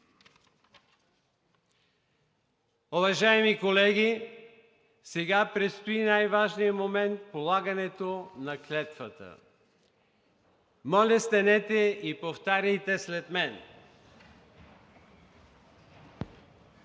Уважаеми колеги, сега предстои най-важният момент – полагането на клетвата. Моля, станете и повтаряйте след мен.